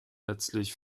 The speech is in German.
letztlich